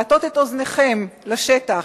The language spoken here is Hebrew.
להטות את אוזנכם לשטח,